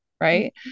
Right